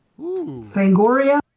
Fangoria